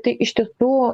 tai iš tiesų